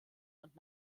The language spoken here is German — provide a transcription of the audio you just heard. und